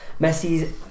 Messi's